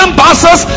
buses